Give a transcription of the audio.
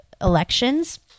elections